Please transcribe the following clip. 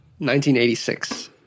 1986